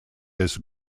this